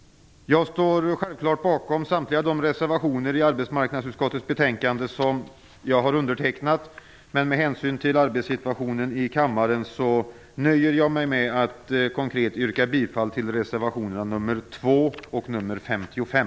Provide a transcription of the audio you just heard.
Jag står självfallet bakom samtliga de reservationer till arbetsmarknadsutskottets betänkande som jag har undertecknat, men med hänsyn till arbetssituationen i kammaren nöjer jag mig med att konkret yrka bifall till reservationerna nr 2 och 55.